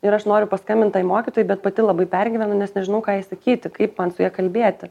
ir aš noriu paskambint tai mokytojai bet pati labai pergyvenu nes nežinau ką sakyti kaip man su ja kalbėti